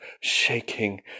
shaking